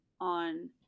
on